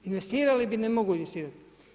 Investirali bi, ne mogu investirati.